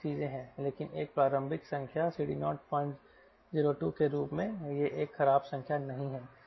लेकिन एक प्रारंभिक संख्या CD0 002 के रूप में यह एक खराब संख्या नहीं है